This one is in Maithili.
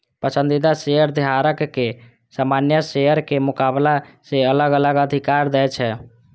पसंदीदा शेयर शेयरधारक कें सामान्य शेयरक मुकाबला मे अलग अलग अधिकार दै छै